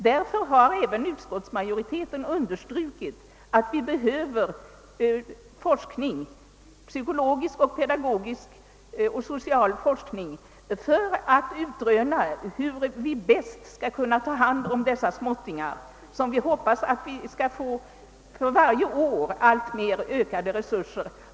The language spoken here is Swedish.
Därför har även utskottsmajoriteten understrukit att det behövs både psykologisk, pedagogisk och social forskning för att utröna hur man bäst skall kunna ta hand om dessa småttingar, för vilket vi hoppas att varje år få allt större resurser.